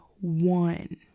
one